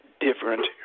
different